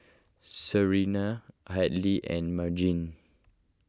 Serena Hadley and Margene